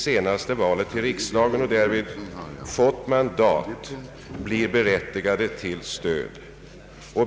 senaste val till riksdagen och därvid vunnit mandat blir berättigade till stöd.